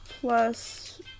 plus